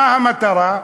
מה המטרה?